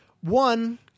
One